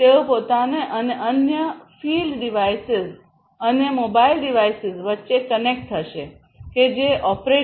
તેઓ પોતાને અને અન્ય ફીલ્ડ ડિવાઇસેસ અન્ય મોબાઇલ ડિવાઇસીસ વચ્ચે કનેક્ટ થશે કે જે ઓપરેટ કરે છે